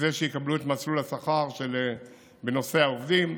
שיקבלו את מסלול השכר בנושא העובדים,